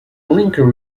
linker